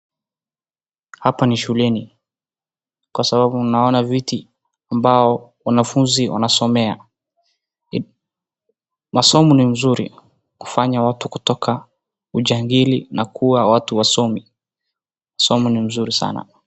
Hapa ni shuleni kwa sababu naona viti ambao wanafuzi wanasomea. Masomo ni mzuri kufanya watu kutoka ujangili na kuwa watu wasomi, masomo ni mzuri sana.